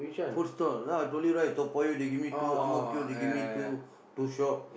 food stall lah I told you right Toa-Payoh they give me two Ang-Mo-Kio they give me two two shops